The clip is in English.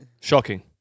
Shocking